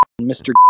mr